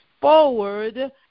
forward